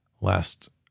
Last